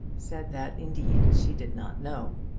said that indeed she did not know.